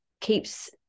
keeps